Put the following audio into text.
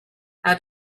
how